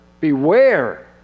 Beware